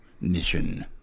mission